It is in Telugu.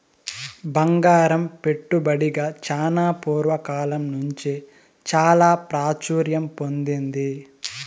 బంగారం పెట్టుబడిగా చానా పూర్వ కాలం నుంచే చాలా ప్రాచుర్యం పొందింది